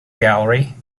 gallery